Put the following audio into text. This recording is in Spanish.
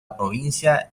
provincia